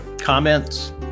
comments